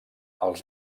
els